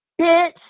bitch